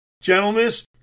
gentleness